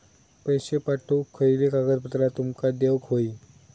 पैशे पाठवुक खयली कागदपत्रा तुमका देऊक व्हयी?